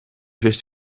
wist